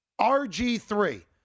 RG3